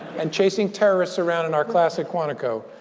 and chasing terrorists around in our classic quantico.